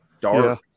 dark